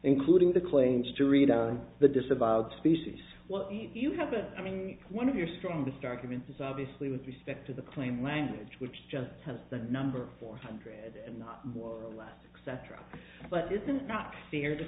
including the claims to read on the disavowed species well you have been i mean one of your strongest arguments is obviously with respect to the claim language which is just the number four hundred and not more or less acceptable but it's not fair to